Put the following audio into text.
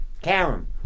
Karen